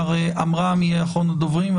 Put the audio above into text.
מר עמרם יהיה אחרון הדוברים,